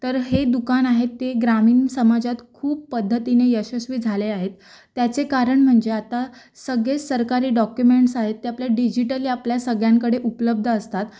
तर हे दुकान आहे ते ग्रामीण समाजात खूप पद्धतीने यशस्वी झाले आहेत त्याचे कारण म्हणजे आता सगळे सरकारी डॉक्युमेंट्स आहेत ते आपल्या डिजिटली आपल्या सगळ्यांकडे उपलब्ध असतात